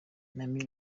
mimi